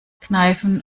kneifen